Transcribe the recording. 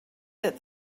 that